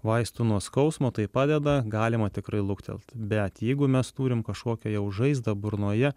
vaistų nuo skausmo tai padeda galima tikrai luktelt bet jeigu mes turim kažkokią jau žaizdą burnoje